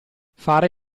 fare